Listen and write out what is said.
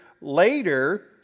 later